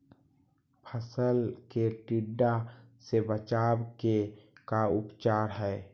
फ़सल के टिड्डा से बचाव के का उपचार है?